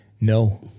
no